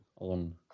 on